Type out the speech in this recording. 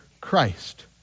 Christ